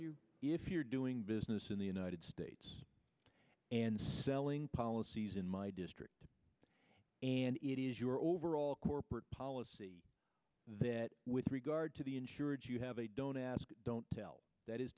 europe if you're doing business in the united states and selling policies in my district and it is your overall corporate policy that with regard to the insurance you have a don't ask don't tell that is